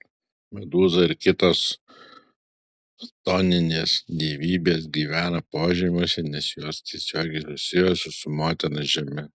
medūza ir kitos chtoninės dievybės gyvena požemiuose nes jos tiesiogiai susijusios su motina žeme